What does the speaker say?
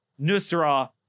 Nusra